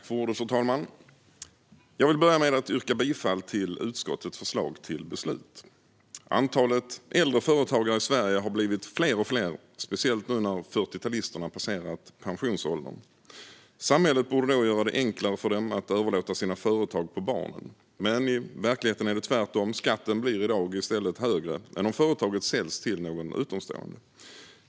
Fru talman! Jag vill börja med att yrka bifall till utskottets förslag till beslut. Antalet äldre företagare i Sverige har blivit allt större, speciellt nu när 40-talisterna passerat pensionsåldern. Samhället borde då göra det enklare för dem att överlåta sina företag på barnen. Men i verkligheten är det tvärtom - skatten blir i dag i stället högre än om företaget säljs till någon utomstående.